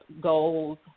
goals